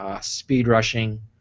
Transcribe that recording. speed-rushing